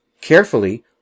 Carefully